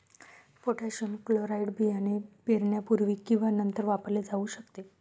potassium chloride बियाणे पेरण्यापूर्वी किंवा नंतर वापरले जाऊ शकते